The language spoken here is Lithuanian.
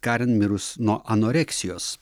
karen mirus nuo anoreksijos